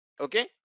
okay